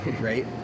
right